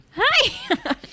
hi